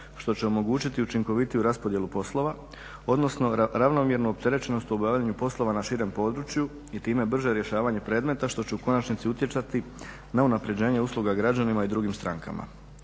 što će omogućiti učinkovitiju raspodjelu poslova odnosno ravnomjerno opterećenost u obavljaju poslova na širem području i time brže rješavanje predmeta što će u konačnici utjecati na unapređenje usluga građanima i drugim strankama.